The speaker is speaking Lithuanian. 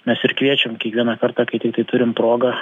mes ir kviečiam kiekvieną kartą kai tai tai turim progą